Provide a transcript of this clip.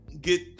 get